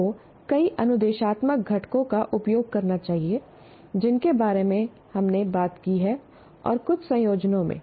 आपको कई अनुदेशात्मक घटकों का उपयोग करना चाहिए जिनके बारे में हमने बात की है और कुछ संयोजनों में